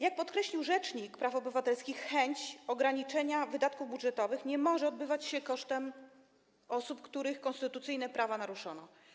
Jak podkreślił rzecznik praw obywatelskich, chęć ograniczenia wydatków budżetowych nie może odbywać się kosztem osób, których konstytucyjne prawa naruszono.